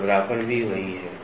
खुरदरापन भी वही है